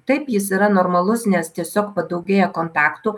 taip jis yra normalus nes tiesiog padaugėja kontaktų